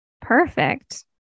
Perfect